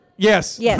Yes